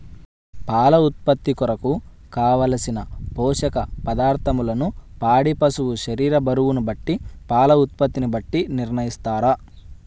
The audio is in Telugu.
పాల ఉత్పత్తి కొరకు, కావలసిన పోషక పదార్ధములను పాడి పశువు శరీర బరువును బట్టి పాల ఉత్పత్తిని బట్టి నిర్ణయిస్తారా?